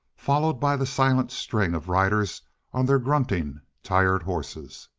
followed by the silent string of riders on their grunting, tired horses.